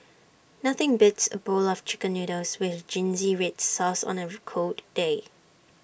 nothing beats A bowl of Chicken Noodles with Zingy Red Sauce on A cold day